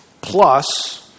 plus